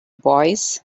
boys